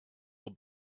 will